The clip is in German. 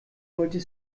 wollte